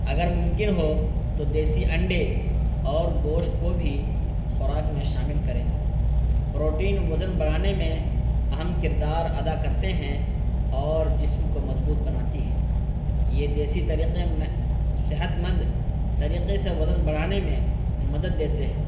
اگر ممکن ہو تو دیسی انڈے اور گوشت کو بھی خوراک میں شامل کریں پروٹین وزن بڑھانے میں اہم کردار ادا کرتے ہیں اور جسم کو مضبوط بناتی ہے یہ دیسی طریقے صحت مند طریقے سے وزن بڑھانے میں مدد دیتے ہیں